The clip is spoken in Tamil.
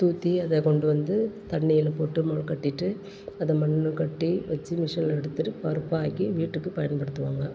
தூற்றி அதை கொண்டு வந்து தண்ணியில் போட்டு முளை கட்டிட்டு அதை மண்ணுக்கட்டி வச்சி மிஷினில் எடுத்துகிட்டு பருப்பாக்கி வீட்டுக்கு பயன்படுத்துவாங்க